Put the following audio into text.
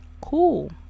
Cool